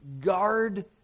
Guard